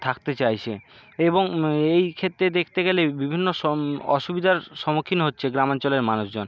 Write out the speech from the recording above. থাকতে চাইছে এবং এই ক্ষেত্রে দেখতে গেলে বিভিন্ন সম অসুবিধার সম্মুখীন হচ্ছে গ্রামাঞ্চলের মানুষজন